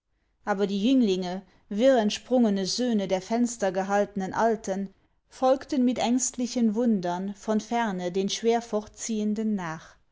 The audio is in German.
aber die jünglinge wirr entsprungene söhne der fenstergehaltenen alten folgten mit ängstlichen wundern von ferne den schwer fortziehenden nach